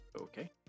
Okay